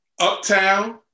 Uptown